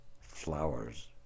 flowers